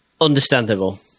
Understandable